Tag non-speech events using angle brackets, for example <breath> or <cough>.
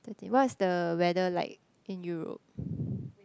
thirteen what's the weather like in Europe <breath>